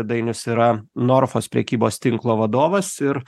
dainius yra norfos prekybos tinklo vadovas ir